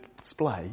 display